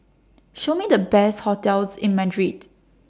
Show Me The Best hotels in Madrid